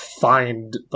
find